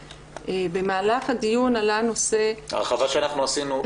במהלך הדיון עלה הנושא --- ההרחבה שאנחנו עשינו,